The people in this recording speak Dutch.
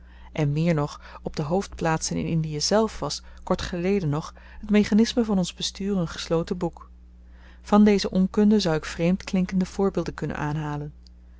en meer nog op de hoofdplaatsen in indie zelf was kort geleden nog t mechanisme van ons bestuur een gesloten boek van deze onkunde zou ik vreemdklinkende voorbeelden kunnen aanhalen